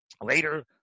Later